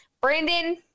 Brandon